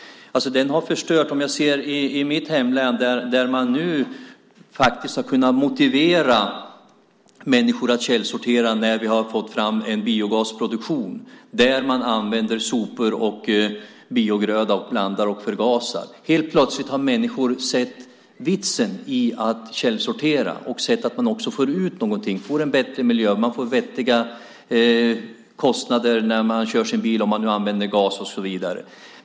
I mitt hemlän har man nu kunnat motivera människorna att källsortera, eftersom vi fått en biogasproduktion där man använder sopor och biogrödor som man blandar och förgasar. Helt plötsligt har människor sett vitsen med att källsortera och sett att de får ut någonting av det. De får en bättre miljö, de får vettiga kostnader om de använder gas när de kör bil och så vidare.